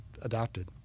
adopted